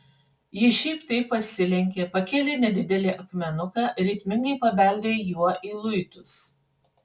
ji šiaip taip pasilenkė pakėlė nedidelį akmenuką ritmingai pabeldė juo į luitus